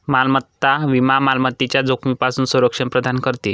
मालमत्ता विमा मालमत्तेच्या जोखमीपासून संरक्षण प्रदान करते